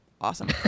awesome